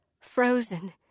frozen